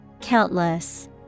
countless